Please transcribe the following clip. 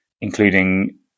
including